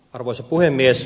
arvoisa puhemies